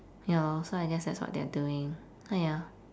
ya lor so I guess that's what they're doing so ya